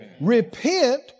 Repent